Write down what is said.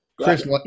Chris